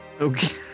Okay